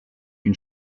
une